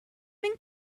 been